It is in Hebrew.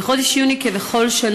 בחודש יוני יחל,